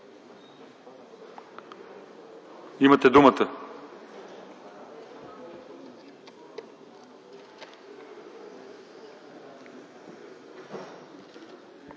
имате думата.